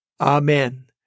Amen